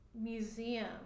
museum